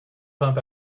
pump